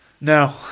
No